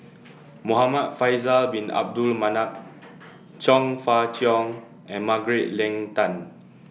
Muhamad Faisal Bin Abdul Manap Chong Fah Cheong and Margaret Leng Tan